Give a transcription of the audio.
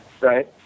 right